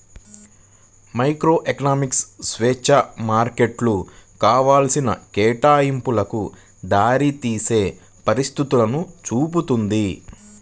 microeconomics స్వేచ్ఛా మార్కెట్లు కావాల్సిన కేటాయింపులకు దారితీసే పరిస్థితులను చూపుతుంది